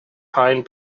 hind